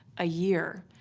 a year.